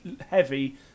heavy